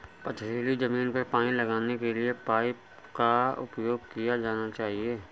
पथरीली ज़मीन पर पानी लगाने के किस पाइप का प्रयोग किया जाना चाहिए?